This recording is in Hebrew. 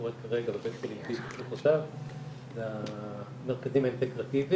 שקורה כרגע בבית חולים זיו ובשלוחותיו זה המרכזים האינטגרטיביים,